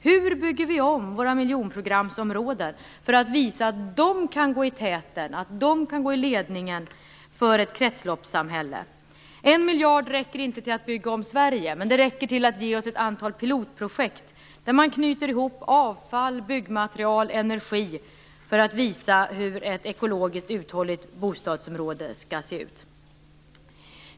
Hur bygger vi om våra miljonprogramsområden så att de kan gå i täten för ett kretsloppssamhälle? En miljard räcker inte till att bygga om Sverige, men den räcker till att ge oss ett antal pilotprojekt där man knyter ihop avfall, byggmaterial och energi för att visa hur ett ekologiskt uthålligt bostadsområde skall se ut.